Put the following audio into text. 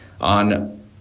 on